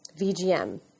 VGM